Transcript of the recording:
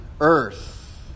earth